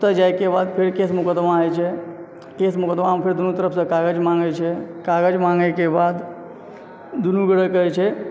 ओतए जाइके बाद फेर केस मुकदमा होइत छै केस मुकदमामे फेर दुनू तरफसँ कागज माँगय छै कागज माँगयके बाद दुनू गोटेके जे छै